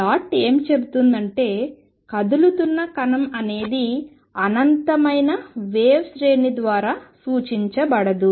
dot ఏమి చెబుతుందంటే కదులుతున్న కణం అనేది అనంతమైన వేవ్ శ్రేణి ద్వారా సూచించబడదు